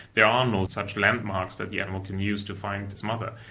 there are no such landmarks that the animal can use to find its mother.